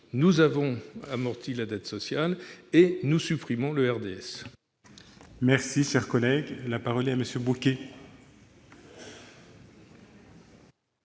Nous avons amorti la dette sociale et nous supprimons la CRDS.